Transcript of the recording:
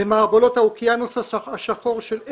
למערבולות אוקיינוס האבל השחור,